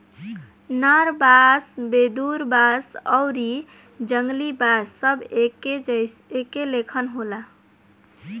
नर बांस, वेदुर बांस आउरी जंगली बांस सब एके लेखन होला